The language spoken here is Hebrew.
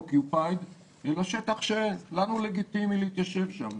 אקיופייד אלא כאל שטח שלנו לגיטימי להתיישב שם.